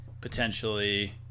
potentially